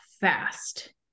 fast